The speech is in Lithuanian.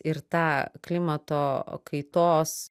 ir tą klimato kaitos